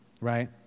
right